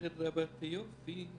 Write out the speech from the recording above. לך מותר להפריע אני רואה.